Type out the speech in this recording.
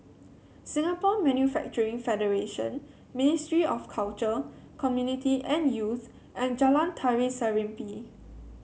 Singapore Manufacturing Federation Ministry of Culture Community and Youth and Jalan Tari Serimpi